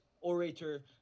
orator